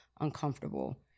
uncomfortable